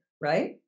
right